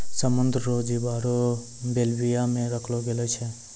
समुद्र रो जीव आरु बेल्विया मे रखलो गेलो छै